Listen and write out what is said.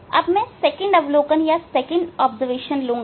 अब मैं दूसरा अवलोकन ले लूंगा